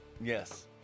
Yes